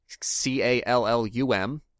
C-A-L-L-U-M